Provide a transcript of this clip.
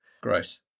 gross